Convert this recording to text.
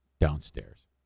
downstairs